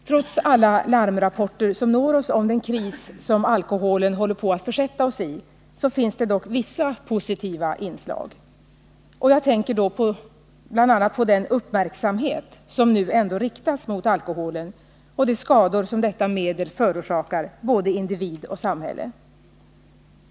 Trots alla larmrapporter som når oss om den kris som alkoholen håller på att försätta oss i finns det dock vissa positiva inslag. Jag tänker då bl.a. på den uppmärksamhet som nu ändå riktas mot alkoholen och de skador som detta medel förorsakar både individ och samhälle.